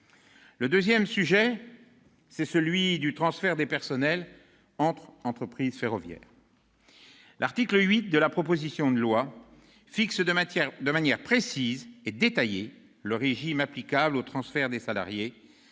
Le deuxième sujet, c'est celui du transfert de personnels entre entreprises ferroviaires. L'article 8 de la proposition de loi fixe, de manière précise et détaillée, le régime applicable au transfert des salariés,